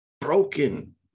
Broken